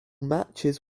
matches